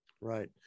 right